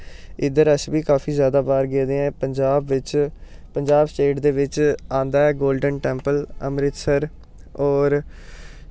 इद्धर अस बी काफी जैदा बार गेदे ऐं पंजाब बिच्च पंजाब स्टेट दे बिच्च आंदा ऐ गोल्नड टैंपल अमृतसर होर